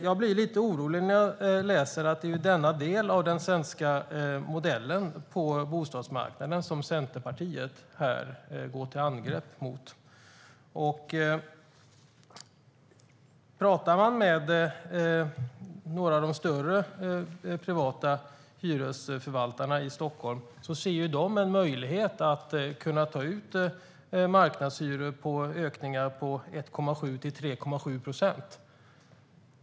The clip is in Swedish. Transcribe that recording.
Jag blir lite orolig när jag läser att det är denna del av den svenska modellen på bostadsmarknaden som Centerpartiet går till angrepp mot. Om man talar med några av de större privata hyresförvaltarna i Stockholm ser de en möjlighet att ta ut ökningar på marknadshyrorna på 1,7-3,7 procent.